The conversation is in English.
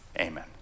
Amen